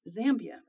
Zambia